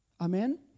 Amen